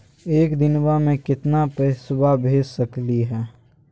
एक दिनवा मे केतना पैसवा भेज सकली हे?